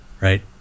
right